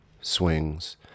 swings